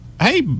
Hey